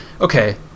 Okay